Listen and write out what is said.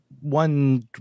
one